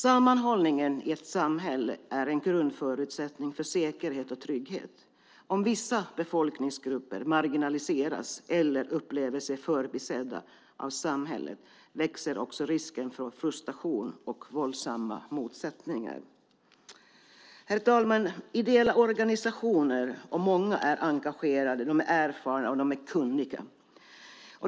Sammanhållningen i ett samhälle är en grundförutsättning för säkerhet och trygghet. Om vissa befolkningsgrupper marginaliseras eller upplever sig förbisedda av samhället växer också risken för frustration och våldsamma motsättningar. Herr talman! Ideella organisationer och många andra är engagerade. De är erfarna och kunniga.